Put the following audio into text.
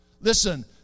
Listen